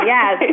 Yes